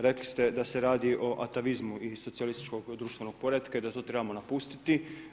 Rekli ste da se radi o atavizmu iz socijalističkog društvenog poretka i da to trebamo napustiti.